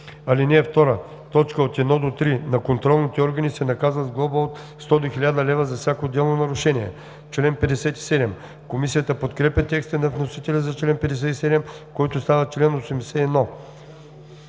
ал. 2, т. 1 – 3 на контролните органи, се наказва с глоба от 100 до 1000 лв. за всяко отделно нарушение“. Комисията подкрепя текста на вносителя за чл. 57, който става чл. 81.